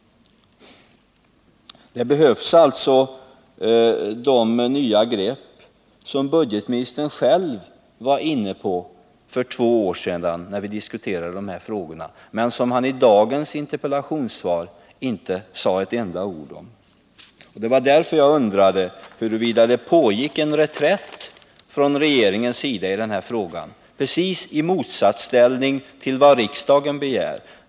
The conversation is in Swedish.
Det krävs alltså de nya grepp som budgetministern själv talade om för två 1 år sedan, när vi diskuterade dessa frågor, men som han i dagens interpellationssvar inte sade ett enda ord om. Det var därför jag undrade huruvida det pågick en reträtt från regeringens sida i denna fråga, precis i motsats till vad riksdagen begär.